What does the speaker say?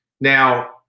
Now